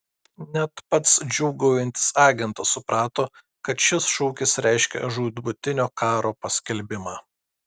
net pats džiūgaujantis agentas suprato kad šis šūkis reiškia žūtbūtinio karo paskelbimą